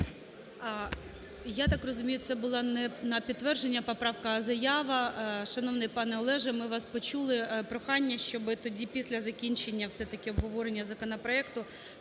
Я так розумію, це була не на підтвердження поправка, а заява. Шановний пане Олеже, ми вас почули. Прохання, щоби тоді після закінчення все-таки обговорення законопроекту